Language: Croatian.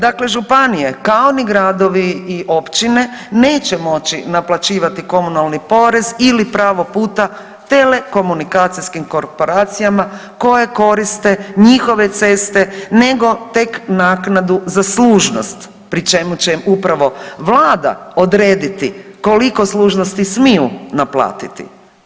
Dakle županije, kao ni gradovi i općine neće moći naplaćivati komunalni porez ili pravo puta telekomunikacijskim korporacijama koje koriste njihove ceste nego tek naknadu za služnost, pri čemu će im pravo Vlada odrediti koliko služnosti smiju naplatiti.